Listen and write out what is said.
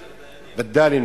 וד"לים,